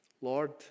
Lord